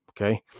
okay